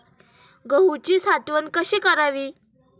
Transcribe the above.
गहूची साठवण कशी करावी?